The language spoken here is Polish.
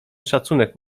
szacunek